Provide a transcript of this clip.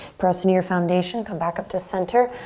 press into your foundation, come back up to center.